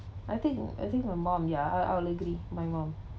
I think I think my mom ya I'll I'll agree my mum